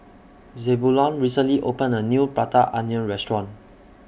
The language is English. Zebulon recently opened A New Prata Onion Restaurant